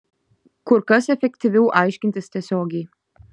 kur kas efektyviau aiškintis tiesiogiai